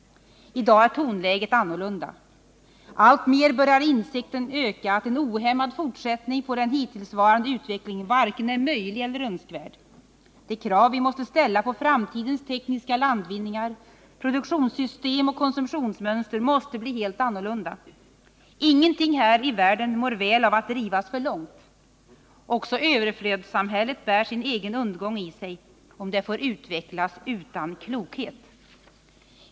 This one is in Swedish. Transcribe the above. I dag är tonläget i debatten annorlunda. Alltmer börjar insikten öka om att en ohämmad fortsättning på den hittillsvarande utvecklingen varken är möjlig eller önskvärd. De krav som vi måste ställa på framtidens tekniska landvinningar, produktionssystem och konsumtionsmönster måste bli helt annorlunda. Ingenting här i världen mår väl av att drivas för långt. Också överflödssamhället bär sin egen undergång i sig om det får utvecklas utan klokhet.